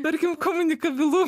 tarkim komunikabilu